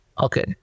Okay